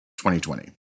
2020